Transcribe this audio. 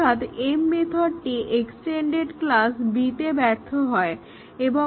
অর্থাৎ m মেথডটি extended class B ব্যর্থ হবে